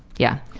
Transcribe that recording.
yeah.